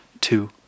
two